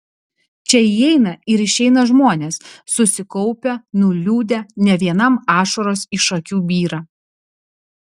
čia įeina ir išeina žmonės susikaupę nuliūdę ne vienam ašaros iš akių byra